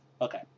Okay